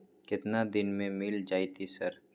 केतना दिन में मिल जयते सर?